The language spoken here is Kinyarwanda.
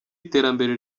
iterambere